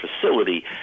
facility